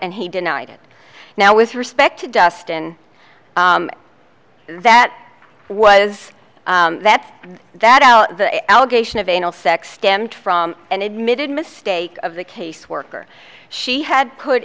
and he denied it now with respect to dustin that was that that the allegation of anal sex stemmed from an admitted mistake of the caseworker she had put